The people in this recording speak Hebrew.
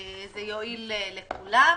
זה יועיל לכולם.